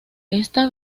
esta